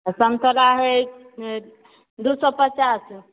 आ सन्तरा हैशइ दू सए पचास